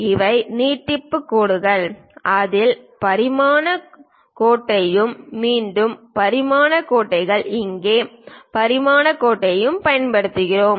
இவை நீட்டிப்பு கோடுகள் அதில் பரிமாணக் கோட்டையும் மீண்டும் பரிமாணக் கோட்டையும் இங்கே பரிமாணக் கோட்டையும் பயன்படுத்துகிறோம்